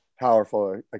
powerful